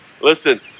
Listen